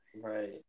Right